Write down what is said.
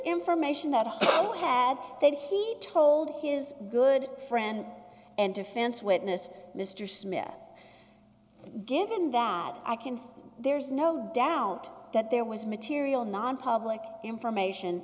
information that he had that he told his good friend and defense witness mr smith given that i can see there's no doubt that there was material nonpublic information